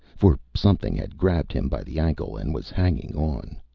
for something had grabbed him by the ankle and was hanging on.